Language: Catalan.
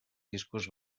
discos